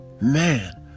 man